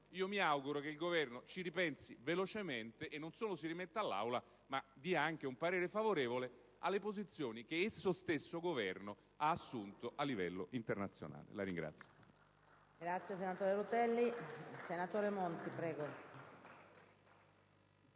mi auguro che il Governo ci ripensi velocemente, e non solo si rimetta all'Assemblea, ma dia anche un parere favorevole rispetto alle posizioni che esso stesso ha assunto a livello internazionale. *(Applausi